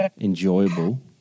enjoyable